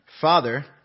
Father